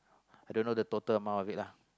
I dunno the total amount of it lah